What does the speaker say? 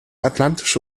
atlantische